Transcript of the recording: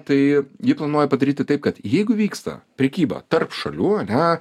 tai ji ji planuoja padaryti taip kad jeigu vyksta prekyba tarp šalių ane